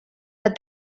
but